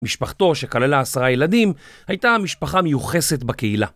משפחתו, שכללה עשרה ילדים, הייתה משפחה מיוחסת בקהילה.